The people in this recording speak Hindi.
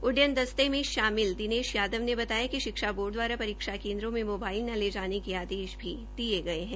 उड्यन दस्ते में शामिल दिनेश यादव ने बताया कि शिक्षा बोर्ड दवारा परीक्षा केन्द्रों में मोबाइल न ले जाने के आदेश भी दिये गये है